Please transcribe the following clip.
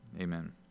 amen